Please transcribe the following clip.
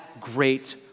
great